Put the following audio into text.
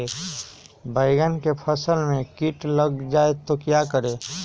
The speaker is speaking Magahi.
बैंगन की फसल में कीट लग जाए तो क्या करें?